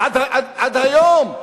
אבל עד היום?